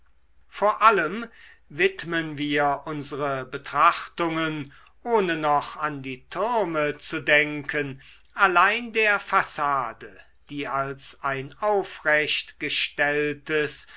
vor allem widmen wir unsere betrachtungen ohne noch an die türme zu denken allein der fassade die als ein aufrecht gestelltes